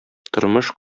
тормыш